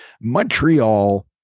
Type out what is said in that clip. montreal